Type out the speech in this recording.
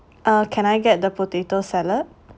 uh can I get the potato salad